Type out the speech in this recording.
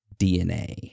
DNA